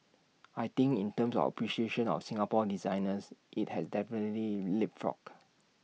I think in terms of appreciation of Singapore designers IT has definitely leapfrogged